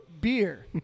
beer